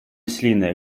śliny